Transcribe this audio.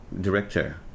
director